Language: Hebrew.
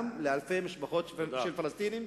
גם לאלפי משפחות של פלסטינים,